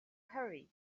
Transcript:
hurry